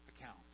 account